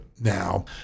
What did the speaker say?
now